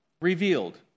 Revealed